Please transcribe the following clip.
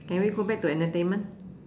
can we go back to entertainment